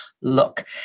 look